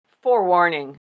forewarning